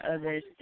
others